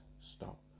stop